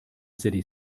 city